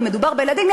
ומדובר בילדים,